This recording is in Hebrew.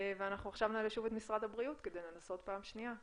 ואנחנו עכשיו נעלה שוב את משרד הבריאות כדי לנסות פעם שנייה.